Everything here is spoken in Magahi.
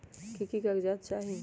की की कागज़ात चाही?